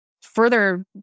further